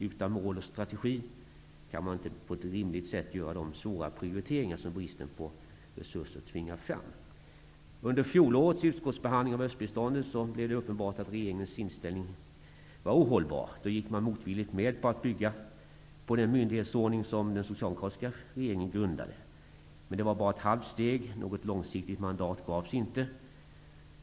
Utan mål och strategi kan man inte på ett rimligt sätt göra de svåra prioriteringar som bristen på resurser tvingar fram. Östeuropabiståndet blev det uppenbart att regeringens inställning var ohållbar. Då gick man motvilligt med på att bygga vidare på den myndighetsordning som den socialdemokratiska regeringen grundade. Men det var bara ett halvt steg; något långsiktigt mandat gavs inte.